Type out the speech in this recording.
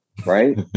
right